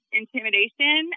intimidation